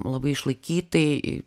labai išlaikytai